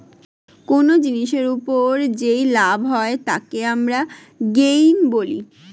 কোন জিনিসের ওপর যেই লাভ হয় তাকে আমরা গেইন বলি